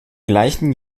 gleichen